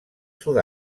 sud